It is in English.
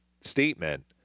statement